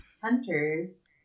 hunters